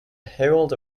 herald